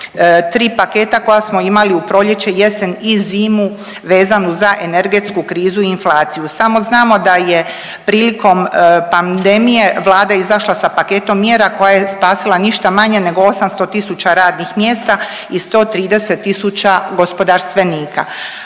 tri paketa koja smo imali u proljeće, jesen i zimu vezanu za energetsku krizu i inflaciju. Samo znamo da je prilikom pandemije Vlada izašla sa paketom mjera koja je spasila ništa manje nego 800 000 radnih mjesta i 130 000 gospodarstvenika.